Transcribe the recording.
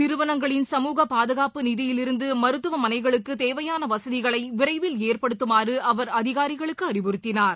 நிறுவனங்களின் சமூக பாதுகாப்பு நிதியிலிருந்துமருத்துவமனைகளுக்குதேவையானவசதிகளைவிரைவில் ஏற்படுத்தமாறுஅவர் அதிகாரிகளுக்குஅறிவுறுத்தினார்